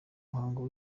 muhango